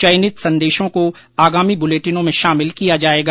चयनित संदेशों को आगामी बुलेटिनों में शामिल किया जाएगा